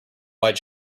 wide